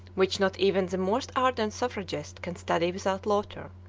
which not even the most ardent suffragist can study without laughter.